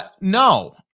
No